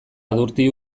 adurti